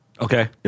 Okay